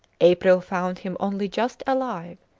april found him only just alive,